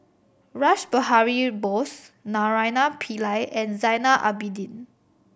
Rash Behari Bose Naraina Pillai and Zainal Abidin